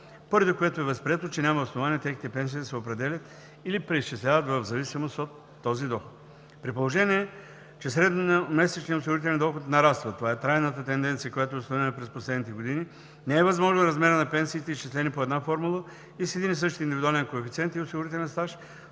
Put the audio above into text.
поради което е възприето, че няма основание техните пенсии да се определят или преизчисляват в зависимост от този доход. При положение че средномесечният осигурителен доход нараства – това е трайната тенденция, която е установена през последните години – не е възможно размерът на пенсиите, изчислени по една формула и с един и същ индивидуален коефициент и осигурителен стаж,